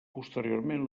posteriorment